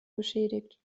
beschädigt